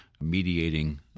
mediating